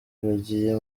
bagiye